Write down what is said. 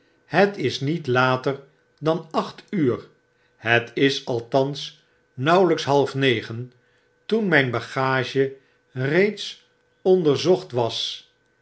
het is niet later dan acht uur het is althans nauwelyks halfnegen toen myn bagage reeds onderzocht was